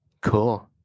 Cool